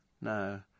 No